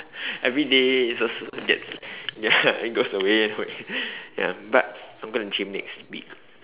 everyday it just get ya it goes away ya but I'm going to gym next week